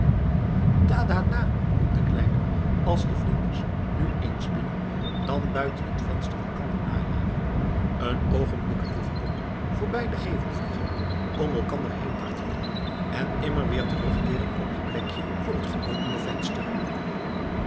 roept de kleine als de vlinders nu eens binnen dan buiten het venster elkander najagen een oogenblik hoog op voorbij den gevel vliegen om elkander heen dartelen en immer weer terugkeeren op het plekje voor het geopende venster